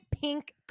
pink